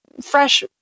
fresh